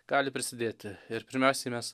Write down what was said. gali prisidėti ir pirmiausiai mes